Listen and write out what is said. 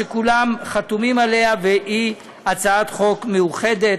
שכולם חתומים עליה והיא הצעת חוק מאוחדת.